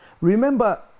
Remember